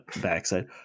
backside